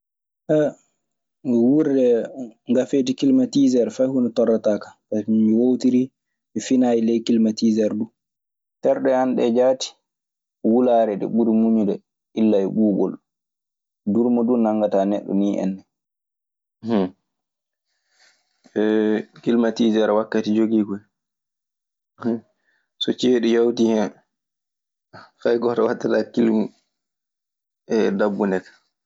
wuurde ngafeeje kilmatiiser fay huunde torlataa kan, ngati mi woowtirii. Mi finaayi kilmatiiser duu. Terɗe an ɗee jaati, wulaare ɗe ɓuri muñuɗe illa e ɓuuɓol. Durmo duu nanngataa neɗɗo nii enna. Kilimatiiseer wakkati jogii koy. So ceeɗu yawtii hen, fay gooto wattataa kilimu e dabbunde ka.